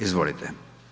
Izvolite.